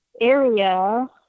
area